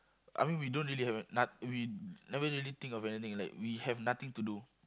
I mean we don't really have no~ we never really think of anything like we have nothing to do